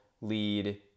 lead